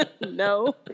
No